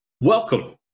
Welcome